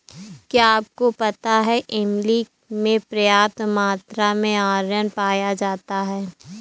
क्या आपको पता है इमली में पर्याप्त मात्रा में आयरन पाया जाता है?